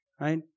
right